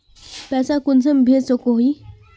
पैसा कुंसम भेज सकोही?